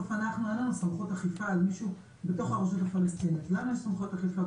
אנחנו קיבלנו דיווח מהאפליקציה הזו,